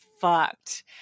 fucked